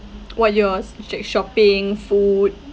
what yours is it shopping food